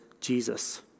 Jesus